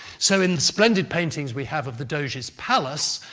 so, in the splendid paintings we have of the doge's palace,